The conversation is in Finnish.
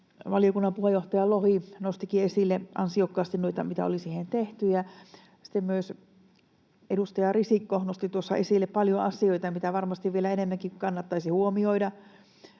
valiokunnan puheenjohtaja Lohi nostikin esille ansiokkaasti noita, mitä oli tähän tehty. Sitten myös edustaja Risikko nosti tuossa esille paljon asioita, mitä varmasti vielä enemmänkin kannattaisi huomioida.